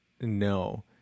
no